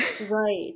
Right